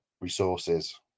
resources